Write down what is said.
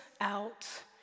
out